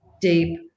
deep